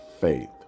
faith